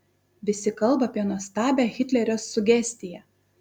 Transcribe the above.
visi kalba apie nuostabią hitlerio sugestiją